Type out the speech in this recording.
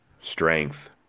Strength